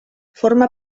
forma